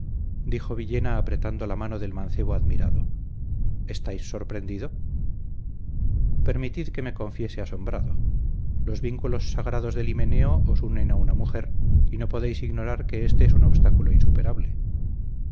dijo villena apretando la mano del mancebo admirado estáis sorprendido permitid que me confiese asombrado los vínculos sagrados del himeneo os unen a una mujer y no podéis ignorar que éste es un obstáculo insuperable